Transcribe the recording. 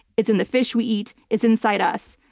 it's in the fish we eat, it's inside us.